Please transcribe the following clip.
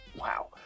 Wow